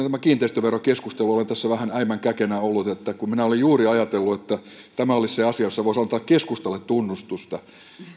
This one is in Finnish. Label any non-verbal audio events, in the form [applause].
[unintelligible] tämä kiinteistöverokeskustelu olen tässä vähän äimän käkenä ollut kun minä olen juuri ajatellut että tämä olisi se asia jossa voisi antaa keskustalle tunnustusta